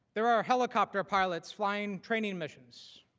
there are helicopter pilots flight on training missions.